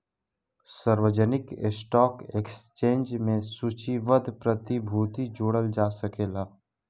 सार्वजानिक stock exchange में सूचीबद्ध प्रतिभूति जोड़ल जा सकेला